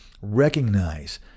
recognize